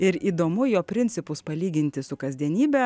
ir įdomu jo principus palyginti su kasdienybe